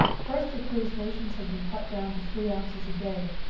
first her crew's rations had been cut down to three ounces a day.